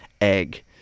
egg